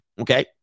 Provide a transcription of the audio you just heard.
okay